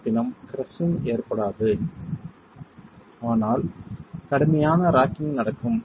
இருப்பினும் கிரஸ்ஸிங் ஏற்படாது ஆனால் கடுமையான ராக்கிங் நடக்கும்